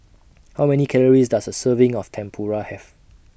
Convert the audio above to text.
How Many Calories Does A Serving of Tempura Have